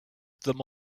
them